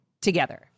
together